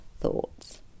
thoughts